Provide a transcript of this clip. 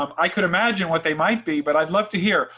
um i could imagine what they might be, but i'd love to hear,